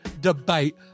debate